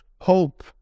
Hope